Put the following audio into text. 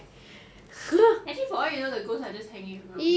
actually for all you know the ghosts are just hanging around